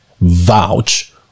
vouch